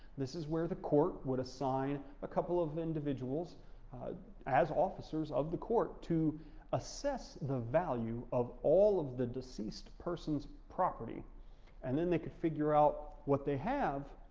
this is where the court would assign a couple of individuals as officers of the court to assess the value of all of the deceased person's property and then they could figure out what they have,